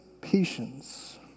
patience